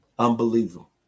Unbelievable